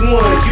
one